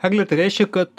egle tai reiškia kad